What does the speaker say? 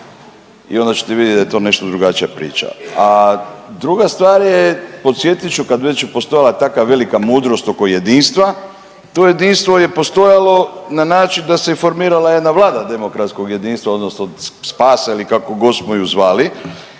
i onda ćete vidjeti da je to nešto drugačija priča. A druga stvar je podsjetit ću kad je već postojala takva velika mudrost oko jedinstva, to jedinstvo je postojalo na način da se formirala jedna Vlada demokratskog jedinstva odnosno spasa ili kako god smo ju zvali,